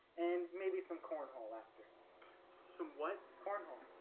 and maybe some cornhole after somewhat cornhole